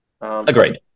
Agreed